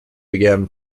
began